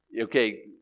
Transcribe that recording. Okay